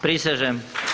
Prisežem.